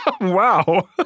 Wow